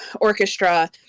orchestra